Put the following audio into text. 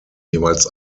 jeweils